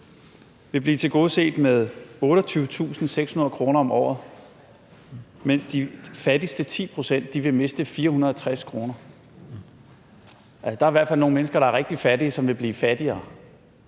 vil blive tilgodeset med 28.600 kr. om året, mens de fattigste 10 pct. vil miste 460 kr. Altså, der er i hvert fald nogle mennesker, der er rigtig fattige, som vil blive fattigere.